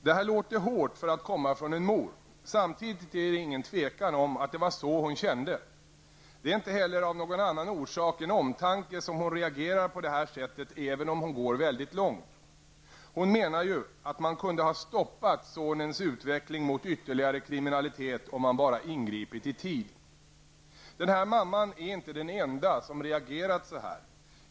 Det här låter hårt för att komma från en mor. Samtidigt är det ingen tvekan om att det var så hon kände. Det är inte heller av någon annan orsak än omtanke som hon reagerar på det här sättet även om hon går väldigt långt. Hon menar ju att man kunde ha stoppat sonens utveckling mot ytterligare kriminalitet om man bara ingripit i tid. Den här mamman är inte den enda som reagerat så här.